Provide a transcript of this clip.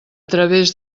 través